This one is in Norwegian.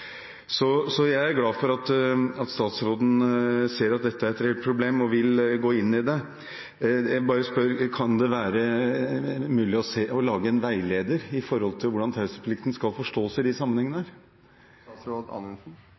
glad for at statsråden ser at dette er et reelt problem og vil gå inn i det. Jeg bare spør: Kan det være mulig å lage en veileder om hvordan taushetsplikten skal forstås i disse sammenhengene? Mitt inntrykk er i stor grad i